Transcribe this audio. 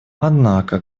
однако